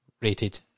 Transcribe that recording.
rated